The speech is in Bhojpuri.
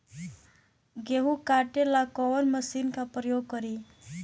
गेहूं काटे ला कवन मशीन का प्रयोग करी?